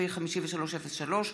פ/5303,